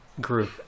group